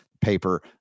paper